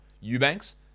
Eubanks